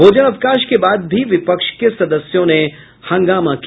भोजनावकाश के बाद भी विपक्ष के सदस्यों ने हंगामा किया